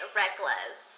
reckless